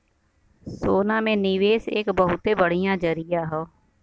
सोना में निवेस एक बहुते बढ़िया जरीया हौ